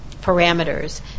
parameters